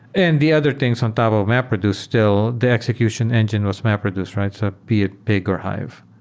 and the other things on top of mapreduce, still, the execution engine was mapreduce, right? so be it pig or hive.